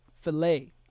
filet